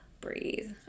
breathe